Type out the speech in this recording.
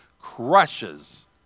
crushes